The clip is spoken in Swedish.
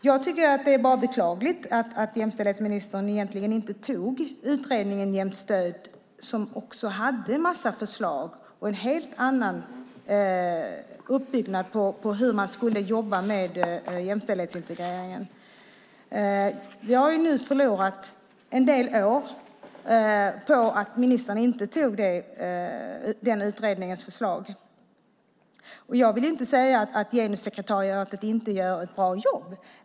Jag tycker bara att det är beklagligt att jämställdhetsministern inte följde utredningen Jämstöd som hade en massa förslag och en helt annan uppbyggnad av hur man skulle jobba med jämställdhetsintegreringen. Vi har nu förlorat en del år på att ministern inte antog utredningens förslag. Jag vill inte säga att Genussekretariatet inte gör ett bra jobb.